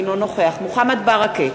אינו נוכח מוחמד ברכה,